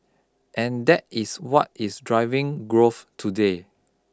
and that is what is driving growth today